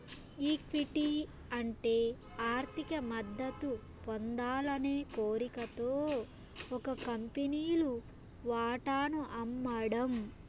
equity అంటే ఆర్థిక మద్దతు పొందాలనే కోరికతో ఒక కంపెనీలు వాటాను అమ్మడం